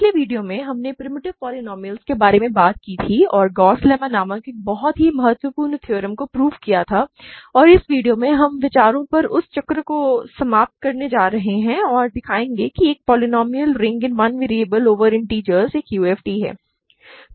पिछले वीडियो में हमने प्रिमिटिव पोलीनोमिअलस के बारे में बात की थी और गॉस लेम्मा नामक एक बहुत ही महत्वपूर्ण थ्योरम को प्रूव किया था और इस वीडियो में हम विचारों के उस चक्र को समाप्त करने जा रहे हैं और दिखाएंगे कि एक polynomial ring in one variable over integers एक UFD है